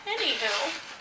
Anywho